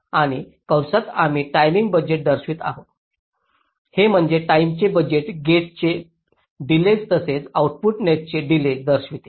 आणि कंसात आम्ही टाइमिंग बजेट दर्शवित आहोत ते म्हणजे टाईमचे बजेट गेटचे डिलेज तसेच आउटपुट नेटचे डिलेज दर्शवते